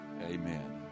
Amen